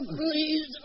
please